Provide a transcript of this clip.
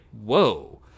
whoa